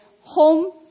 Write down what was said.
home